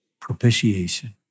Propitiation